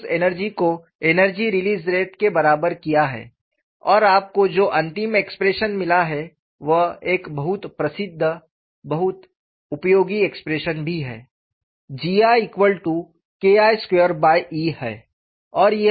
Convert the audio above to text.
हमने उस एनर्जी को एनर्जी रिलीज़ रेट के बराबर किया है और आपको जो अंतिम एक्सप्रेशन मिली है वह एक बहुत प्रसिद्ध बहुत उपयोगी एक्सप्रेशन भी है GIKI2E है